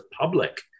public